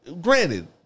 granted